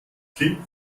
klingt